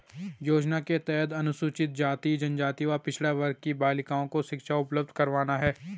योजना के तहत अनुसूचित जाति, जनजाति व पिछड़ा वर्ग की बालिकाओं को शिक्षा उपलब्ध करवाना है